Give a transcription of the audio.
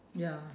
ya